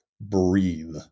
breathe